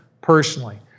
personally